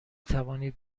توانید